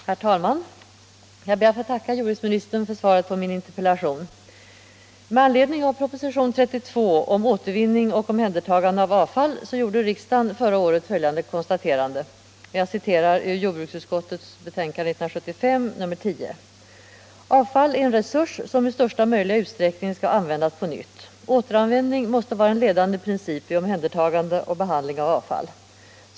Herr talman! Jag ber att få tacka jordbruksministern för svaret på min interpellation. Med anledning av propositionen 32 om återvinning och omhändertagande av avfall gjorde riksdagen förra året följande konstaterande i jordbruksutskottets betänkande 1975:10: ”Avfall är en resurs som i största möjliga utsträckning skall användas på nytt. Återanvändning måste vara en ledande princip vid omhändertagande och behandling av avfall.